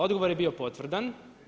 Odgovor je bio potvrdan.